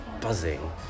buzzing